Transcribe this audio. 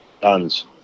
Tons